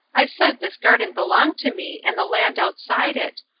i said this garden belonged to me and the land outside it.